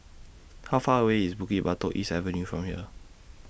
How Far away IS Bukit Batok East Avenue from here